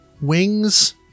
wings